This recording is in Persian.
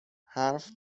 حرف